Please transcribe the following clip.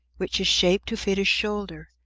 which is shaped to fit his shoulder,